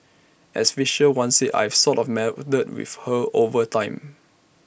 as Fisher once said I've sort of met with her with her over time